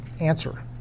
answer